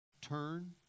turn